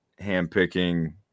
handpicking